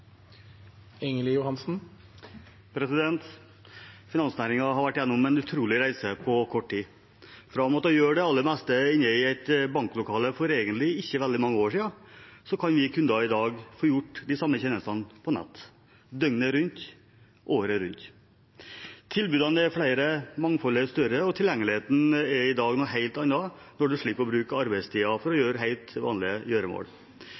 har vært igjennom en utrolig reise på kort tid. Fra å måtte gjøre det aller meste inne i et banklokale for egentlig ikke så veldig mange år siden kan vi kunder i dag få gjort de samme tjenestene på nettet, døgnet rundt, året rundt. Tilbudene er flere, mangfoldet er større, og tilgjengeligheten er i dag en helt annen når man slipper å bruke av arbeidstiden til helt vanlige gjøremål.